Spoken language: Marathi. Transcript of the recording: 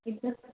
एक